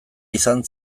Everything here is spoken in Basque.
izan